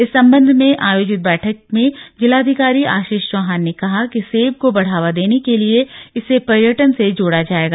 इस संबंध में आयोजित बैठक में जिलाधिकारी आशीष चौहान ने कहा कि सेब को बढ़ावा देने के लिए इसे पर्यटन से जोड़ा जाएगा